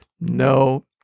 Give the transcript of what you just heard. No